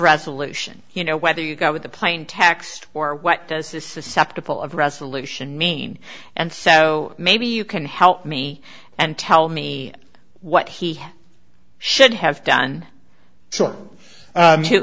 resolution you know whether you go with the plain text or what does this susceptible of resolution mean and so maybe you can help me and tell me what he should have done so